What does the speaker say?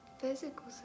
physical